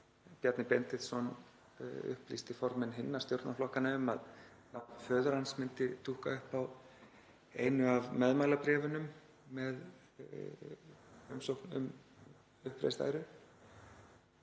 Bjarni Benediktsson upplýsti formenn hinna stjórnarflokkanna um að nafn föður hans myndi dúkka upp á einu af meðmælabréfunum með umsókn um uppreist æru.